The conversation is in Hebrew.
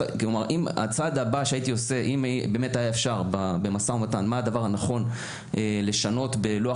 הצעד הבא במשא ומתן אם היה אפשר- הוא לשנות בלוח